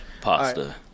Pasta